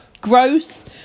gross